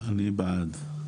אני בעד.